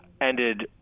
Ended